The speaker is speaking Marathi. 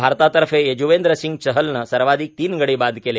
भारतातर्फे यजुवेद्रसिंग चहल नं सर्वाधिक तीन गडी बाद केले